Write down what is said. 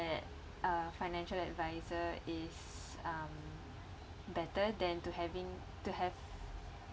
that a financial advisor is um better than to having to have